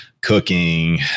cooking